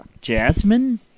Jasmine